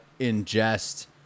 ingest